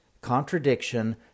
contradiction